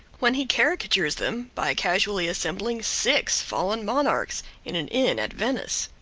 when he caricatures them by casually assembling six fallen monarchs in an inn at venice.